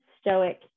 stoic